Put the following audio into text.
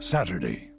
Saturday